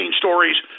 stories